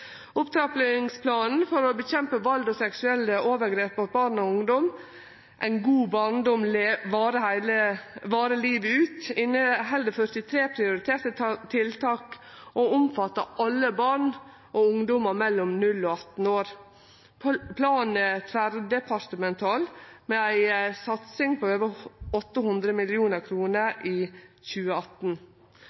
Opptrappingsplanen for å kjempe mot vald og seksuelle overgrep mot barn og ungdom, En god barndom varer livet ut, inneheld 43 prioriterte tiltak og omfattar alle barn og ungdomar mellom 0 og 18 år. Planen er tverrdepartemental, med ei satsing på over 800 mill. kr i 2018.